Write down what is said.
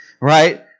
Right